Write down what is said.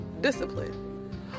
discipline